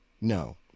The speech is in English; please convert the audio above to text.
no